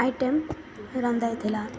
item ରାନ୍ଧାଯାଥିଲା